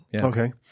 Okay